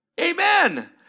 Amen